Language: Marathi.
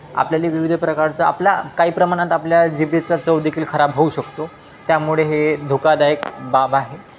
आपल्याला विविध प्रकारचा आपला काही प्रमाणात आपल्या जीभेचा चव देखील खराब होऊ शकतो त्यामुळे हे धोकादायक बाब आहे